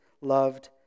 loved